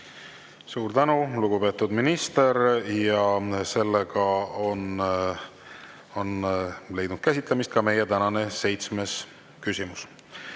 Suur tänu, lugupeetud minister! Sellega on leidnud käsitlemist ka meie tänane seitsmes